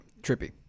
trippy